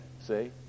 see